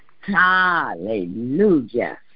Hallelujah